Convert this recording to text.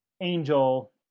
Angel